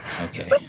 Okay